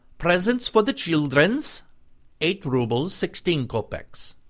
presents for the childrens eight roubles, sixteen copecks.